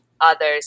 others